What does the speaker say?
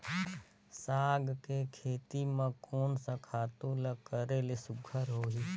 साग के खेती म कोन स खातु ल करेले सुघ्घर होही?